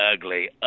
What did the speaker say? ugly